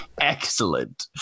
Excellent